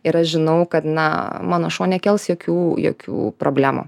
ir aš žinau kad na mano šuo nekels jokių jokių problemų